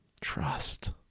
Trust